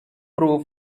true